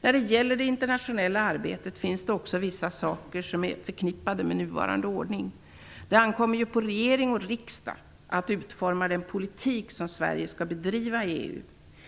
När det gäller det internationella arbetet finns också vissa risker förknippade med nuvarande ordning. Det ankommer ju på regering och riksdag att utforma den politik som Sverige skall bedriva i EU.